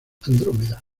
andrómeda